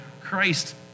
Christ